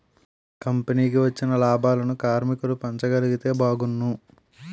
కంపెనీకి వచ్చిన లాభాలను కార్మికులకు పంచగలిగితే బాగున్ను